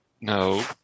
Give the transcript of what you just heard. No